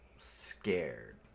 scared